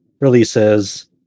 releases